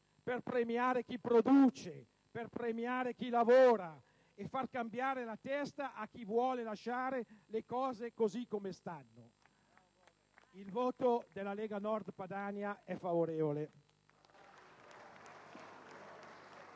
per premiare chi produce, chi lavora, e far cambiare la testa a chi vuole lasciare le cose come stanno. Il voto della Lega Nord Padania sarà,